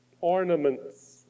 ornaments